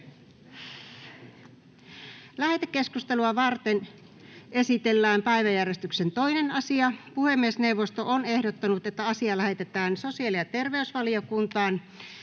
Lähetekeskustelua varten esitellään päiväjärjestyksen 2. asia. Puhemiesneuvosto on ehdottanut, että asia lähetetään sosiaali- ja terveysvaliokuntaan,